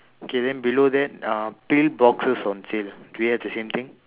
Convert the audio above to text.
okay then below that uh pill boxes on sale do we have the same thing